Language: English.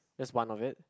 just one of it